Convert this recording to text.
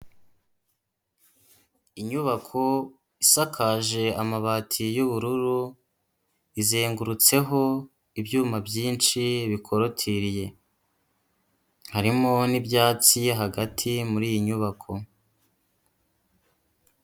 Inyubako isakaje amabati y'ubururu izengurutseho ibyuma byinshi bikorotiriye, harimo n'ibyatsi hagati muri iyi nyubako.